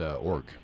org